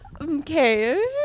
Okay